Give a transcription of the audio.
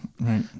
Right